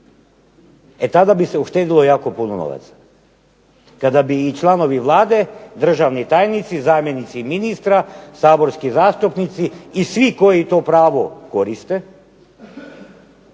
e tada bi se uštedilo jako puno novaca, kada bi i članovi Vlade, državni tajnici, zamjenici ministra, saborski zastupnici i svi koji to pravo koriste